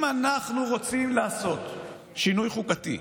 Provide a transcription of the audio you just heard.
אם אנחנו רוצים לעשות שינוי חוקתי,